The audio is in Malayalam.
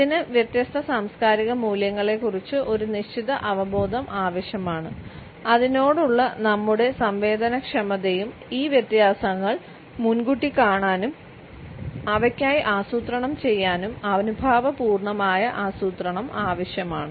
ഇതിന് വ്യത്യസ്ത സാംസ്കാരിക മൂല്യങ്ങളെക്കുറിച്ച് ഒരു നിശ്ചിത അവബോധം ആവശ്യമാണ് അതിനോടുള്ള നമ്മുടെ സംവേദനക്ഷമതയും ഈ വ്യത്യാസങ്ങൾ മുൻകൂട്ടി കാണാനും അവയ്ക്കായി ആസൂത്രണം ചെയ്യാനും അനുഭാവപൂർണ്ണമായ ആസൂത്രണം ആവശ്യമാണ്